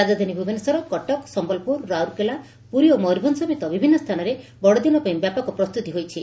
ରାଜଧାନୀ ଭୁବନେଶ୍ୱର କଟକ ସମ୍ୟଲପୁର ରାଉରକେଲା ପୁରୀ ଓ ମୟୂରଭଞ ସମେତ ବିଭିନ୍ନ ସ୍ଚାନରେ ବଡଦିନ ପାଇଁ ବ୍ୟାପକ ପ୍ରସ୍ତୁତି ହୋଇଛି